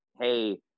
hey